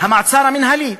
המעצר המינהלי.